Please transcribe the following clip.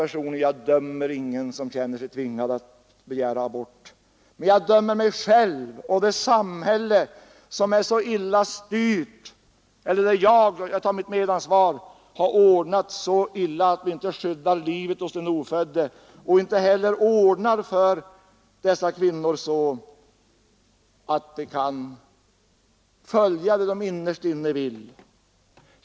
Personligen dömer jag ingen som känner sig tvingad att begära abort. Men jag dömer mig själv och det samhälle där vi — jag tar mitt medansvar — har ordnat det så illa att vi inte skyddar livet hos den ofödde och inte heller ordnar det så för dessa kvinnor att de kan göra som de innerst inne vill.